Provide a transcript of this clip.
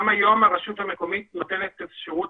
גם היום הרשות המקומית נותנת אפשרות